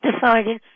decided